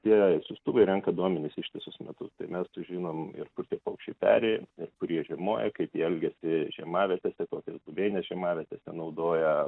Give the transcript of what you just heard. tie siųstuvai renka duomenis ištisus metus tai mes sužinom ir kur tie paukščiai peri ir kurie jie žiemoja kaip jie elgiasi žiemavietėse kokias buveines žiemavietėse nenaudoja